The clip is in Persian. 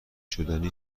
شدنی